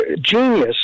genius